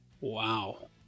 Wow